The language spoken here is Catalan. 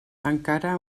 encara